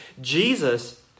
Jesus